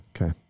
okay